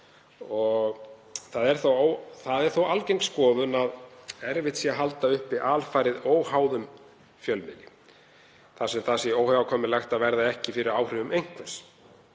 Það er þó algeng skoðun að erfitt sé að halda uppi alfarið óháðum fjölmiðli þar sem það sé óhjákvæmilegt að verða fyrir áhrifum einhvers,